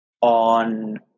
on